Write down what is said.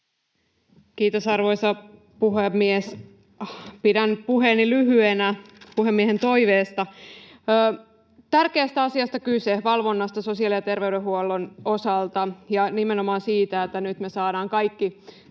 Kiitos, arvoisa puhemies! Pidän puheeni lyhyenä puhemiehen toiveesta. — Tärkeästä asiasta on kyse, valvonnasta sosiaali- ja terveydenhuollon osalta ja nimenomaan siitä, että nyt me saadaan kaikki